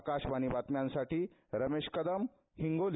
आकाशवणी बातम्यांसाठी रमेश कदम हिंगोली